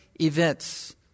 events